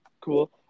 cool